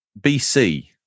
BC